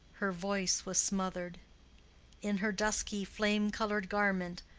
her voice was smothered in her dusky flame-colored garment,